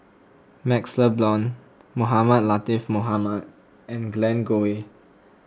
MaxLe Blond Mohamed Latiff Mohamed and Glen Goei